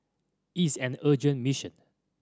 is an urgent mission